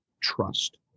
trust